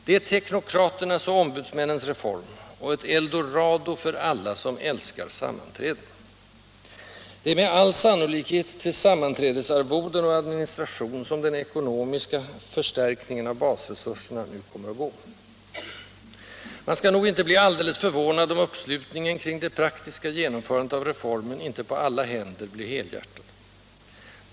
Det är teknokraternas och ombudsmännens reform och ett eldorado för alla som älskar sammanträden. Det är med all sannolikhet till sammanträdesarvoden och administration som den ekonomiska ”förstärkningen av basresurserna” nu kommer att gå. Man skall nog inte bli alltför förvånad, om uppslutningen kring det praktiska genomförandet av ”reformen” inte på alla händer blir helhjär tad.